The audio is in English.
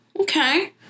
okay